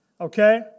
Okay